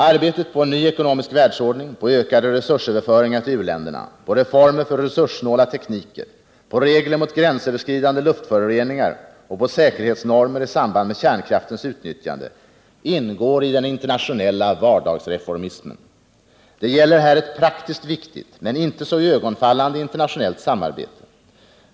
Arbetet på en ny ekonomisk världsordning, på ökade resursöverföringar till u-länderna, på reformer för resurssnåla tekniker, på regler mot gränsöverskridande luftföroreningar och på säkerhetsnormer i samband med kärnkraftens utnyttjande ingår i den internationella vardagsreformismen. Det gäller här ett praktiskt viktigt, men inte så iögonenfallande, internationellt samarbete.